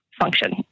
function